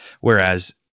whereas